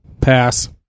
Pass